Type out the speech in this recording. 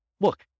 look